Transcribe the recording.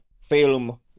film